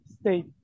state